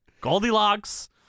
goldilocks